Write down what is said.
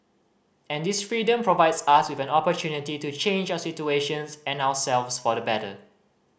and this freedom provides us with an opportunity to change our situations and ourselves for the better